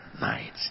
night